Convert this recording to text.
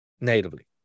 natively